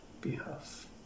behalf